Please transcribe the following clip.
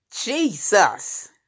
Jesus